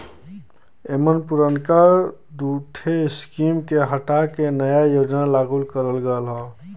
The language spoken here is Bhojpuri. एमन पुरनका दूठे स्कीम के हटा के नया योजना लागू करल गयल हौ